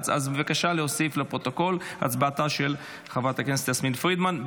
בבקשה להוסיף לפרוטוקול את הצבעתה של חברת הכנסת יסמין פרידמן,